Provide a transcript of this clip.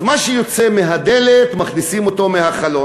אז מה שיוצא מהדלת מכניסים אותו מהחלון.